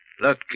Look